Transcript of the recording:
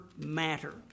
Matter